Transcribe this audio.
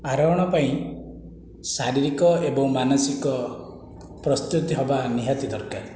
ଆରୋହଣ ପାଇଁ ଶାରୀରିକ ଏବଂ ମାନସିକ ପ୍ରସ୍ତୁତି ହେବା ନିହାତି ଦରକାର